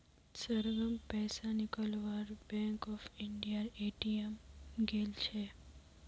सरगम पैसा निकलवा बैंक ऑफ इंडियार ए.टी.एम गेल छ